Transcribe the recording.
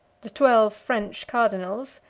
the twelve french cardinals,